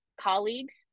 colleagues